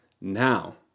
now